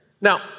Now